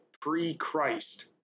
pre-Christ